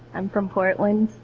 i'm from portland.